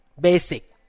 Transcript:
basic